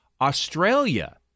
Australia